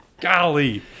Golly